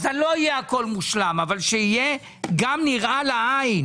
אז לא הכול יהיה מושלם אבל גם שיהיה נראה לעין.